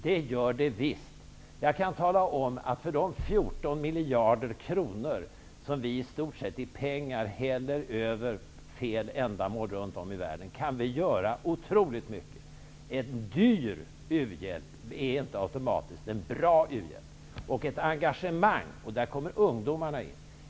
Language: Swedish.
Det gör det visst! Jag kan tala om att vi för de 14 miljarder kronor som vi i stort sett häller över fel ändamål runt om i världen kan göra otroligt mycket. En dyr u-hjälp är inte automatiskt en bra u-hjälp.